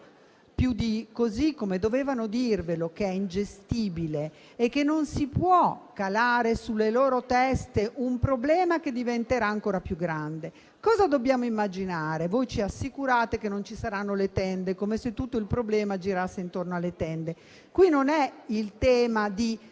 più di così, che è ingestibile e che non si può calare sulle loro teste un problema che diventerà ancora più grande? Cosa dobbiamo immaginare? Voi ci assicurate che non ci saranno le tende, come se tutto il problema girasse intorno alle tende. Il tema